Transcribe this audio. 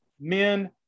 men